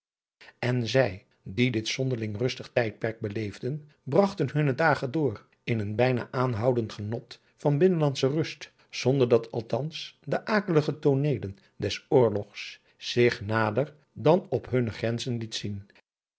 en zij die dit zonderling rustig tijdperk beleefden bragten hunne dagen door in een bijna aanhoudend genot van binnenlandsche rust zonder dat althans de akelige tooneelen des oorlogs zich nader dan op hunne grenzen lieten zien